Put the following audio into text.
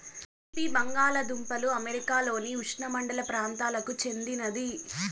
తీపి బంగాలదుంపలు అమెరికాలోని ఉష్ణమండల ప్రాంతాలకు చెందినది